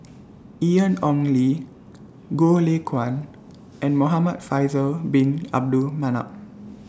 Ian Ong Li Goh Lay Kuan and Muhamad Faisal Bin Abdul Manap